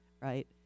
right